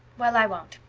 well, i won't.